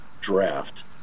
draft